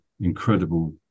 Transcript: incredible